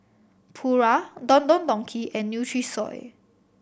Pura Don Don Donki and Nutrisoy